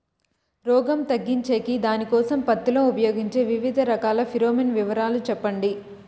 రోగం తగ్గించేకి దానికోసం పత్తి లో ఉపయోగించే వివిధ రకాల ఫిరోమిన్ వివరాలు సెప్పండి